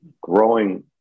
growing